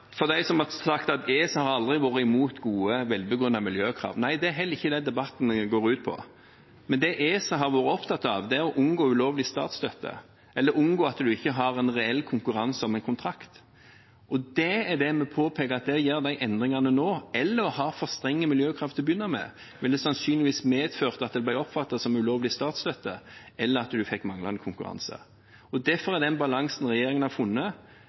ESA aldri har vært imot gode, velbegrunnede miljøkrav, om at det ikke er det debatten går ut på. Det ESA har vært opptatt av, er å unngå ulovlig statsstøtte eller unngå at man ikke har en reell konkurranse om en kontrakt. Det er det vi påpeker, at gjør man de endringene nå eller har for strenge miljøkrav til å begynne med, vil det sannsynligvis medføre at det blir oppfattet som ulovlig statsstøtte, eller at man får manglende konkurranse. Derfor er den balansen regjeringen har funnet,